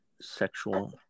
sexual